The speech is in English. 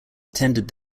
attended